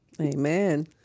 Amen